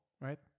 right